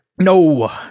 No